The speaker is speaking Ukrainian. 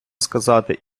сказати